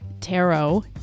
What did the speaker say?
tarot